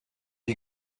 you